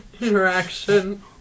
interaction